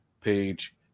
page